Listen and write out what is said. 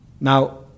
Now